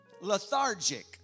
lethargic